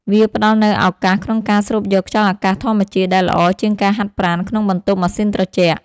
វាផ្ដល់នូវឱកាសក្នុងការស្រូបយកខ្យល់អាកាសធម្មជាតិ ដែលល្អជាងការហាត់ប្រាណក្នុងបន្ទប់ម៉ាស៊ីនត្រជាក់។